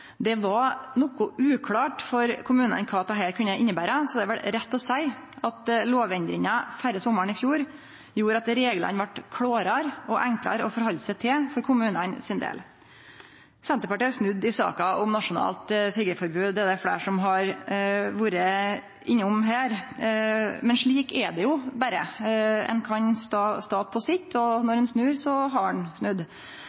Det var noko uklårt for kommunane kva dette kunne innebere, så det er vel rett å seie at lovendringa før sommaren i fjor gjorde at reglane vart klårare og enklare å halde seg til for kommunane sin del. Senterpartiet har snudd i saka om nasjonalt tiggeforbod – det er det fleire som har vore innom. Men slik er det berre. Ein kan stå på sitt, og